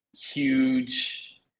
huge